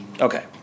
Okay